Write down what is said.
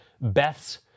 Beth's